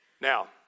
Now